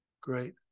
great